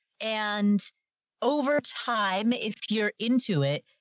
and over time, if you're into it,